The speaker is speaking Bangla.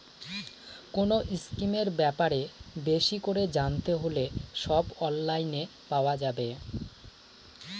কোনো স্কিমের ব্যাপারে বেশি করে জানতে হলে সব অনলাইনে পাওয়া যাবে